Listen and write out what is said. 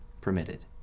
permitted